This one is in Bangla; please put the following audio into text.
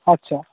আচ্ছা